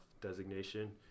designation